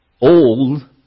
old